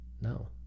no